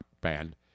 band